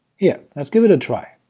yeah let's give it a try.